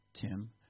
Tim